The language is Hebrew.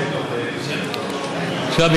עכשיו,